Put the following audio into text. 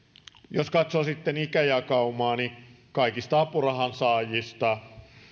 jos katsoo sitten ikäjakaumaa kaikista apurahansaajista